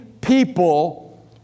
people